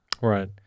Right